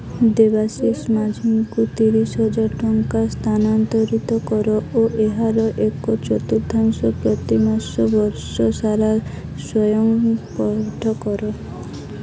ଦେବାଶିଷ ମାଝୀଙ୍କୁ ତିରିଶହଜାର ଟଙ୍କା ସ୍ଥାନାନ୍ତରିତ କର ଓ ଏହାର ଏକ ଚତୁର୍ଥାଂଶ ପ୍ରତିମାସ ବର୍ଷସାରା ସ୍ଵୟଂ ପଇଠ କର